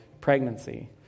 pregnancy